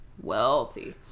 wealthy